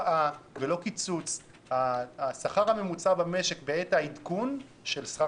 וכך השכר הממוצע במשק בעת העדכון של שכר